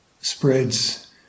spreads